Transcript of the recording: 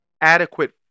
Adequate